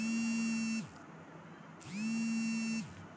मोहन बताले कि हर पौधात कतेला सूक्ष्म पोषक तत्व ह छे